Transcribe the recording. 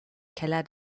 keller